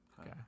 Okay